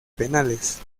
penales